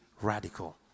Radical